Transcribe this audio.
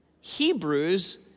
Hebrews